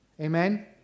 Amen